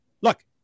look